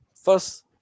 First